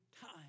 time